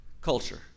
culture